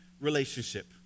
relationship